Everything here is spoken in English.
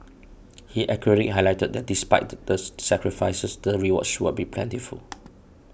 he accurately highlighted that despite the sacrifices the rewards should I be plentiful